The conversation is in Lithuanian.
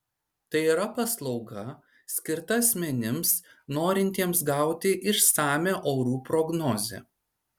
tai yra paslauga skirta asmenims norintiems gauti išsamią orų prognozę